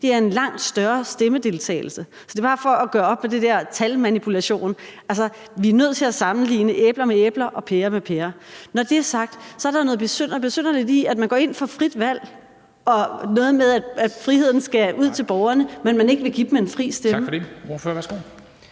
og en langt større stemmedeltagelse. Det er bare for at gøre op med den der talmanipulation. Vi er nødt til at sammenligne æbler med æbler og pærer med pærer. Når det er sagt, er der noget besynderligt i, at man går ind for frit valg og noget med, at friheden skal ud til borgerne, men at man ikke vil give dem en fri stemme. Kl. 17:47 Formanden